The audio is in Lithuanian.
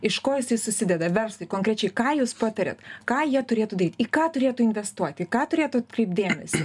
iš ko jisai susideda verslui konkrečiai ką jūs patariat ką jie turėtų daryt į ką turėtų investuoti į ką turėtų atkreipt dėmesį